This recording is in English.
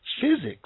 Physics